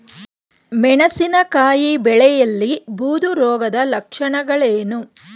ಮೆಣಸಿನಕಾಯಿ ಬೆಳೆಯಲ್ಲಿ ಬೂದು ರೋಗದ ಲಕ್ಷಣಗಳೇನು?